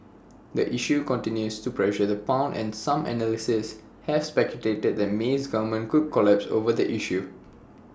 the issue continues to pressure the pound and some analysts have speculated that May's government could collapse over the issue